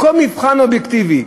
בכל מבחן אובייקטיבי,